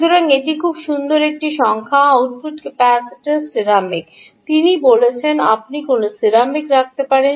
সুতরাং এটি খুব সুন্দর একটি সংখ্যা আউটপুট ক্যাপাসিটার সিরামিক তিনি বলেছেন আপনি কোনও সিরামিক রাখতে পারেন